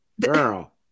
girl